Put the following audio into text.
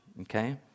Okay